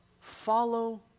follow